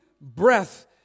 breath